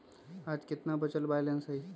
आज केतना बचल बैलेंस हई?